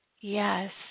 Yes